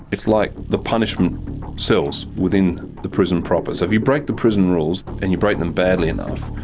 it's like the punishment cells within the prison proper. so if you break the prison rules and you break them badly enough,